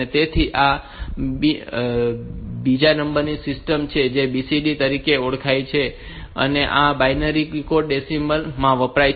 તેથી આ બીજી નંબર સિસ્ટમ છે જે BCD તરીકે ઓળખાય છે અને જે બાઈનરી કોડેડ ડેસીમલ માટે વપરાય છે